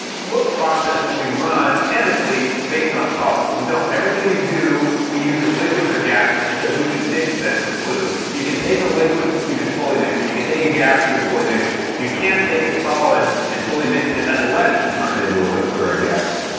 what process do we run chemically based on solids? we don't. everything we do, we use as liquids or gases, because we can mix them completely. you can take a liquid you can fully mix it. you can take a gas you can fully mix it. you can't take a solid and fully mix it, unless you turn it into a liquid or a gas.